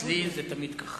אצלי זה תמיד כך.